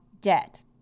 debt